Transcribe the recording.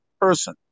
person